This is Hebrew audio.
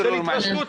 יש לה את הסמכות,